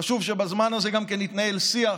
חשוב שבזמן הזה גם יתנהל שיח,